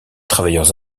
travailleurs